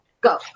go